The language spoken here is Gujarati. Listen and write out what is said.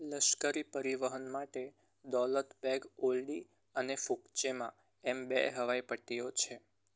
લશ્કરી પરિવહન માટે દૌલત બેગ ઓલ્ડી અને ફુકચેમા એમ બે હવાઈ પટ્ટીઓ છે